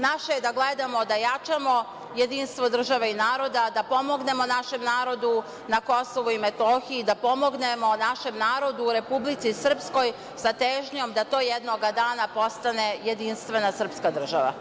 Naše je da gledamo, da jačamo jedinstvo države i naroda, da pomognemo našem narodu na KiM, da pomognemo našem narodu u Republici Srpskoj, sa težnjom da to jednoga dana postane jedinstvena srpska država.